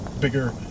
bigger